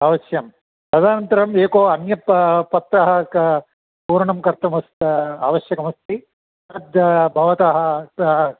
अवश्यम् तदनन्तरम् एको अन्यत् पत्रः पूरण कर्तुम् आवश्यकम् अस्ति तद् भवतः